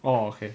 orh okay